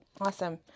Awesome